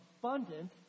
abundant